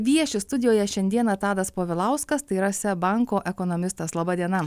vieši studijoje šiandieną tadas povilauskas tai yra seb banko ekonomistas laba diena